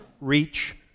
reach